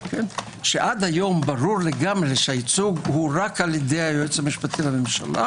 שעד היום ברור לגמרי שהייצוג הוא רק על ידי היועץ המשפטי לממשלה.